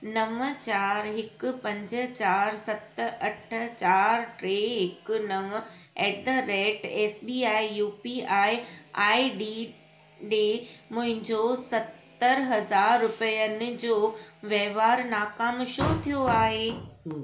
नव चारि हिक पंज चारि सत अठ चारि टे हिक नव at the rate S B I U P I D ॾिए मुंहिंजो सतर हज़ार रुपियनि जो वहिंवार नाकामु छो थियो आहे